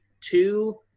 two